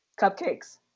Cupcakes